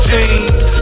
Jeans